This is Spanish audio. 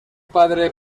padre